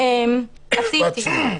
משפט סיום.